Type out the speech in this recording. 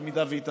אם היא תעבור.